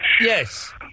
Yes